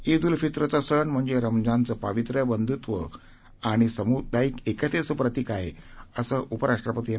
ईद उल फित्रचा सण म्हणजे रमजानचं पावित्र्य बंध्त्व आणि सम्दायिक एकतेचं प्रतिक आहे असं उपराष्ट्रपती एम